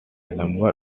number